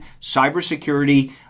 cybersecurity